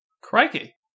Crikey